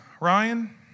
Ryan